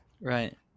right